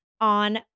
on